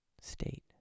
state